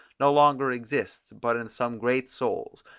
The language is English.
no longer exists but in some great souls,